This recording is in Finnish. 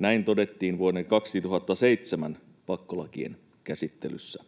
Näin todettiin vuoden 2007 pakkolakien käsittelyssä.